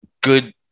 good